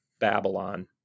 Babylon